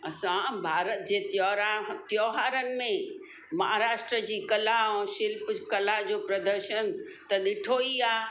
असां भारत जे त्योहरा त्योहारनि में महाराष्ट्र जी कला ऐं शिल्प कला जो प्रदर्शन त ॾिठो ई आहे